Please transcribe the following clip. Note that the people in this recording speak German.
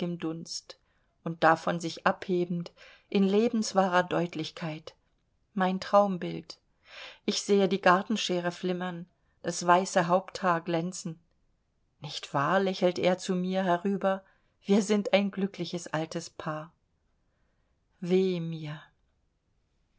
dunst und davon sich abhebend in lebenswahrer deutlichkeit mein traumbild ich sehe die gartenscheere flimmern das weiße haupthaar glänzen nicht wahr lächelt er zu mir herüber wir sind ein glückliches altes paar weh mir